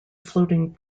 floating